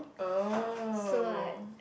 oh